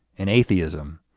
in atheism